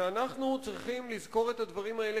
ואנחנו צריכים לזכור את הדברים האלה